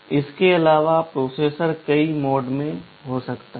इसके अलावा प्रोसेसर कई मोड में हो सकता है